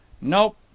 Nope